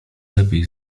lepiej